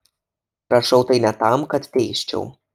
rašau tai ne tam kad teisčiau